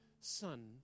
Son